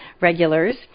regulars